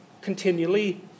continually